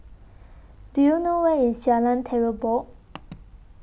Do YOU know Where IS Jalan Terubok